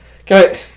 Okay